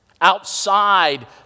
outside